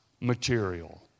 material